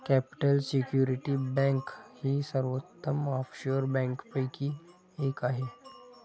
capital security bank ही सर्वोत्तम offshore बँकांपैकी एक आहे